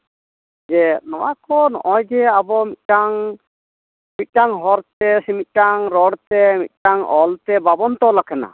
ᱡᱮ ᱱᱚᱣᱟᱠᱚ ᱱᱚᱜᱼᱚᱭ ᱡᱮ ᱟᱵᱚ ᱢᱤᱫᱴᱟᱝ ᱢᱤᱫᱴᱟᱝ ᱦᱚᱨᱛᱮ ᱥᱮ ᱢᱤᱫᱴᱟᱝ ᱨᱚᱲ ᱛᱮ ᱢᱤᱫᱴᱟᱝ ᱚᱞᱛᱮ ᱵᱟᱵᱚᱱ ᱛᱚᱞᱟᱠᱟᱱᱟ